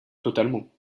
totalement